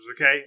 okay